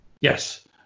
Yes